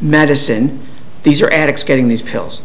medicine these are addicts getting these pills